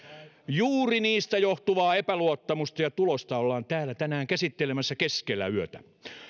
juuri niistä johtuvaa epäluottamusta ja tulosta ollaan täällä tänään käsittelemässä keskellä yötä